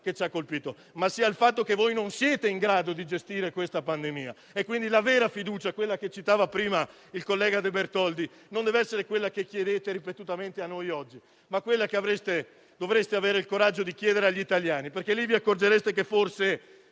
che ci ha colpiti, ma il fatto che voi non siete in grado di gestirla e quindi la vera fiducia - la citava prima il senatore De Bertoldi - deve essere non quella che chiedete ripetutamente a noi e anche oggi, ma quella che dovreste avere il coraggio di chiedere agli italiani. E allora lì vi accorgereste che forse